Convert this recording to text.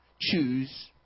Choose